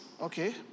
okay